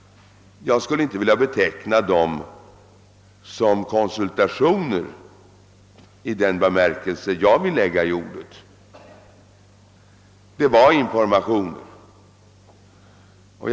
Jag skulle dock inte vilja beteckna detta som konsultationer i den bemärkelse jag vill lägga i ordet; det var fråga om informationer.